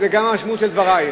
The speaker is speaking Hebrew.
וזאת גם המשמעות של דברייך.